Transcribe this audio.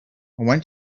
when